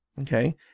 Okay